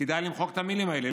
כדאי למחוק את המילים האלה.